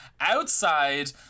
outside